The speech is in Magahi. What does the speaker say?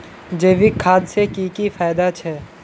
जैविक खाद से की की फायदा छे?